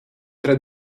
tre